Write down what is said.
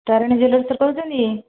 ତାରିଣୀ ଜୁଏଲର୍ସ୍ରୁ କହୁଛନ୍ତି